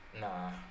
Nah